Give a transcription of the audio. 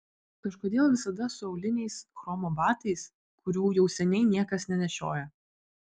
kažkodėl visada su auliniais chromo batais kurių jau seniai niekas nenešioja